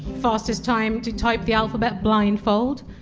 fastest time to type the alphabet blindfolded,